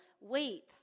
weep